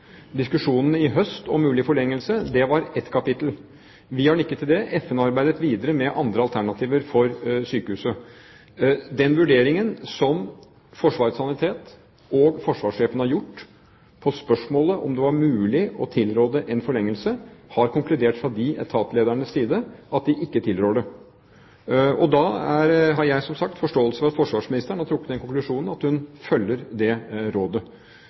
i høst om mulig forlengelse var ett kapittel. Vi har nikket til det. FN har arbeidet videre med andre alternativer for sykehuset. Den vurderingen som Forsvarets sanitet og forsvarssjefen har gjort på spørsmålet om det var mulig å tilråde en forlengelse, har konkludert fra disse etatsledernes side med at de ikke tilrår det. Da har jeg, som sagt, forståelse for at forsvarsministeren har trukket den konklusjonen at hun følger det rådet.